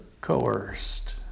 coerced